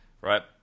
right